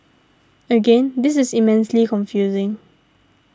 again this is immensely confusing